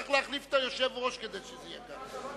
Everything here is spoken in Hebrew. צריך להחליף את היושב-ראש כדי שזה יהיה כך.